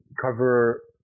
cover